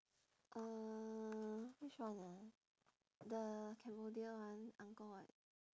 uh which one ah the cambodia one angkor wat